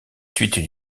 suites